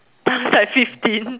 I was like fifteen